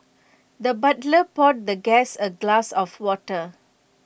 the butler poured the guest A glass of water